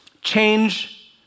Change